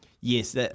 Yes